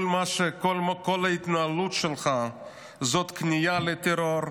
כל ההתנהלות שלך היא כניעה לטרור.